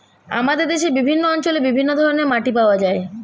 আমাদের দেশের বিভিন্ন অঞ্চলে বিভিন্ন ধরনের মাটি পাওয়া যায়